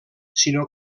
sinó